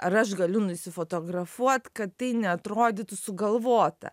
ar aš galiu nusifotografuot kad tai neatrodytų sugalvota